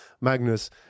Magnus